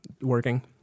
working